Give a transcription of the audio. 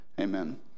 amen